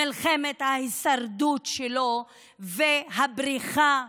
מלחמת ההישרדות שלו והבריחה